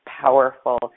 powerful